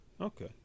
Okay